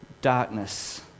Darkness